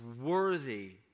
worthy